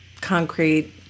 concrete